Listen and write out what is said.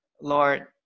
Lord